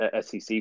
SEC